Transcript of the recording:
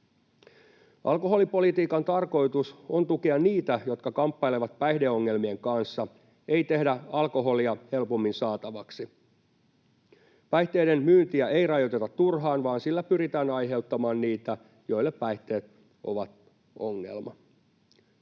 Alkoholipolitiikan tarkoitus on tukea niitä, jotka kamppailevat päihdeongelmien kanssa, ei tehdä alkoholia helpommin saatavaksi. Päihteiden myyntiä ei rajoiteta turhaan, vaan sillä pyritään auttamaan niitä, joille päihteet ovat ongelma.